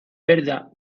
verda